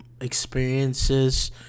experiences